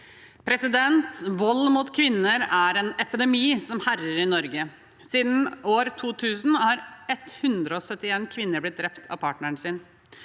Vold mot kvinner er en epidemi som herjer i Norge. Siden år 2000 er 171 kvinner blitt drept av partneren sin.